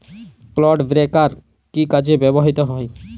Clod breaker কি কাজে ব্যবহৃত হয়?